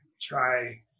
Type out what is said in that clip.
try